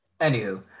Anywho